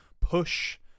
push